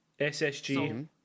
SSG